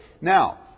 Now